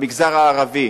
במגזר הערבי